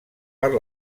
per